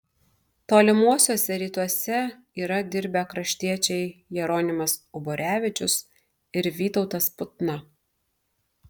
tolimuosiuose rytuose yra dirbę kraštiečiai jeronimas uborevičius ir vytautas putna